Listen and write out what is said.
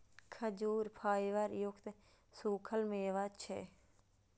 खजूर फाइबर युक्त सूखल मेवा छियै